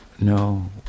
No